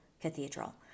cathedral